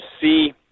see